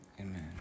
Amen